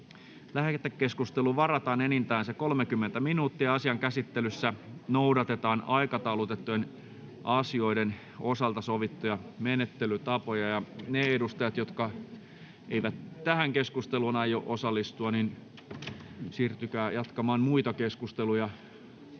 Lähetekeskusteluun varataan enintään 30 minuuttia. Asian käsittelyssä noudatetaan aikataulutettujen asioiden osalta sovittuja menettelytapoja. — Ne edustajat, jotka eivät tähän keskusteluun aio osallistua, siirtykää jatkamaan muita keskusteluja